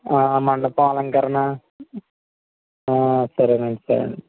మండపం అలంకరణ సరేనండి సరేనండి